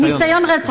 ניסיון רצח.